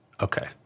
Okay